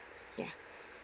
ya